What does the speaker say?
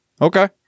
Okay